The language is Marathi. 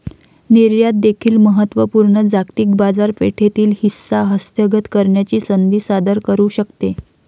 निर्यात देखील महत्त्व पूर्ण जागतिक बाजारपेठेतील हिस्सा हस्तगत करण्याची संधी सादर करू शकते